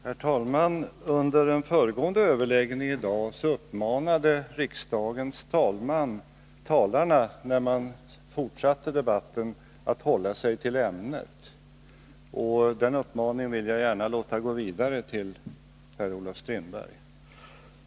Herr talman! Under en föregående överläggning i dag uppmanade riksdagens talman talarna att hålla sig till ämnet. Den uppmaningen vill jag gärna låta gå vidare till Per-Olof Strindberg.